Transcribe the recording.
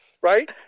Right